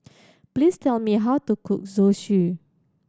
please tell me how to cook Zosui